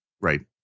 Right